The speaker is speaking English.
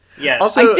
Yes